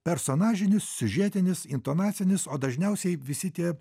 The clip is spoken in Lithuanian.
personažinis siužetinis intonacinis o dažniausiai visi tie